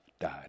died